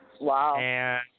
Wow